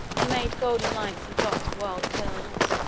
made golden lights in dot's wild curls.